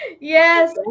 yes